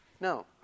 No